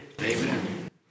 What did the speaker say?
Amen